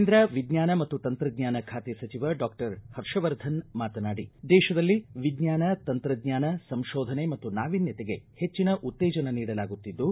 ಕೇಂದ್ರ ವಿಜ್ಞಾನ ಮತ್ತು ತಂತ್ರಜ್ಞಾನ ಖಾತೆ ಸಚಿವ ಡಾಕ್ಟರ್ ಹರ್ಷವರ್ಧನ್ ಮಾತನಾಡಿ ದೇತದಲ್ಲಿ ವಿಜ್ಞಾನ ತಂತ್ರಜ್ಞಾನ ಸಂಶೋಧನೆ ಮತ್ತು ನಾವಿನ್ನತೆಗೆ ಹೆಚ್ಚಿನ ಉತ್ತೇಜನ ನೀಡಲಾಗುತ್ತಿದ್ದು